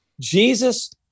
Jesus